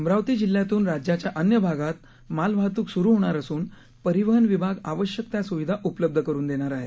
अमरावती जिल्ह्यातून राज्याच्या अन्य भागात मालवाहतूक सुरु होणार असून परिवहन विभाग आवश्यक त्या सुविधा उपलब्ध करून देणार आहे